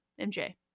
mj